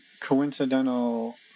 coincidental